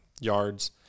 yards